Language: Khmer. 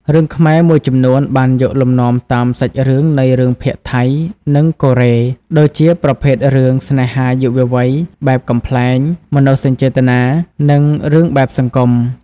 រឿងខ្មែរមួយចំនួនបានយកលំនាំតាមសាច់រឿងនៃរឿងភាគថៃ និងកូរ៉េ ដូចជាប្រភេទរឿង ស្នេហាយុវវ័យ បែបកំប្លែង មនោសញ្ចេតនា និងរឿងបែបសង្គម។